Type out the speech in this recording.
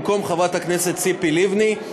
פ/3459/20: במקום חברת הכנסת ציפי לבני,